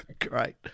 Great